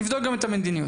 נבדוק גם את המדיניות.